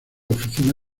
oficina